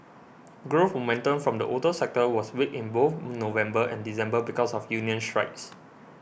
growth momentum from the auto sector was weak in both November and December because of union strikes